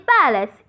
palace